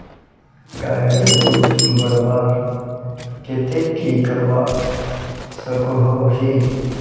गायेर दूध बढ़वार केते की करवा सकोहो ही?